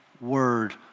word